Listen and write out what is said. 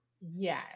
Yes